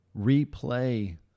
replay